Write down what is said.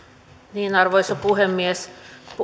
arvoisa puhemies